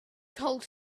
told